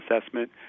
assessment